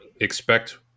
expect